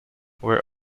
were